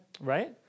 right